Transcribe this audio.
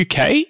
UK